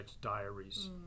diaries